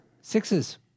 Sixes